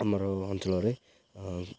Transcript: ଆମର ଅଞ୍ଚଳରେ